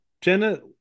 jenna